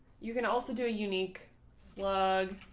you can also do a unique slug.